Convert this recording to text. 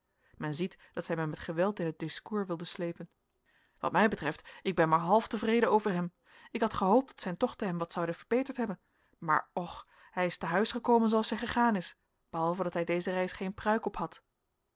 men ziet dat zij mij met geweld in het discours wilde sleepen wat mij betreft ik ben maar half tevreden over hem ik had gehoopt dat zijn tochten hem wat zouden verbeterd hebben maar och hij is te huis gekomen zooals hij gegaan is behalve dat hij deze reis geen pruik ophad